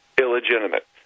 illegitimate